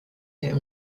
der